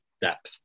depth